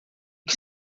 que